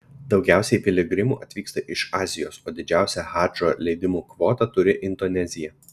daugiausiai piligrimų atvyksta iš azijos o didžiausia hadžo leidimų kvotą turi indonezija